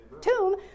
tomb